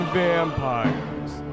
vampires